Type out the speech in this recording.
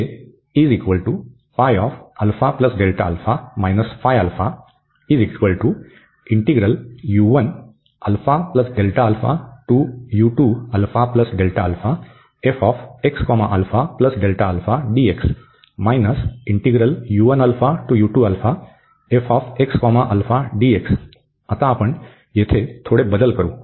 आता आपण येथे थोडे बदल करू